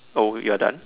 oh you're done